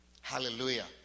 Hallelujah